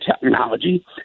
technology